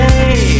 Hey